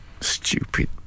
Stupid